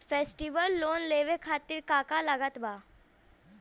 Festival loan लेवे खातिर का का लागत बा?